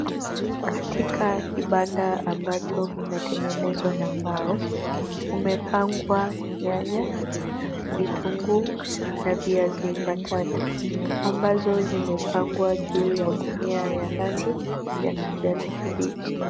Katika kibanda ambacho kinatengenezwa na mbao kumepangwa nyanya, vitunguu na viazi mbatata ambazo zimepangwa juu ya gunia ya rangi ya kijani kibichi.